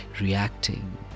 reacting